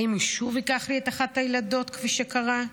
האם הוא שוב ייקח לי את אחת הילדות, כפי שקרה?